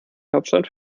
hauptstadt